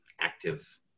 active